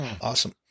Awesome